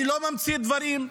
אני לא ממציא דברים.